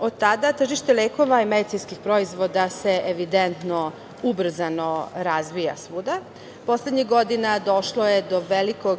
Od tada tržište lekova i medicinskih proizvoda se evidentno, ubrzano razvija svuda. Poslednjih godina došlo je do velikog